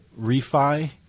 refi